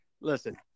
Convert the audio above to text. Listen